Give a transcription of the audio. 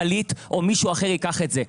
כללית או מישהו אחר ייקח את זה.